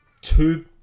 two